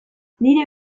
nire